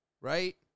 Right